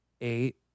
eight